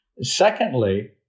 Secondly